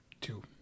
Two